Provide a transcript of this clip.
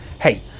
hey